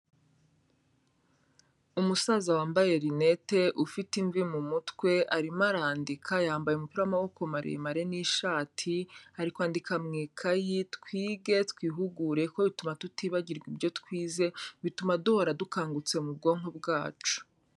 Umusaza wambaye rinete, ufite imvi mu mutwe, arimo arandika, yambaye umupira w'amaboko maremare n'ishati, ari kwandika mu ikayi, twige, twihugureho kuko bituma tutibagirwa ibyo twize, bituma duhora dukangutse mu bwonko bwacu.